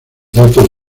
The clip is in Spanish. datos